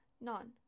none